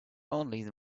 only